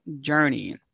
journey